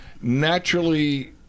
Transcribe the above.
naturally